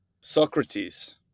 Socrates